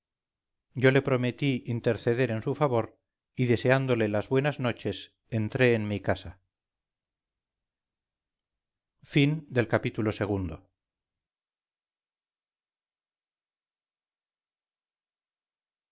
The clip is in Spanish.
yo le prometí interceder en su favor y deseándole las buenas noches entré en mi casa ii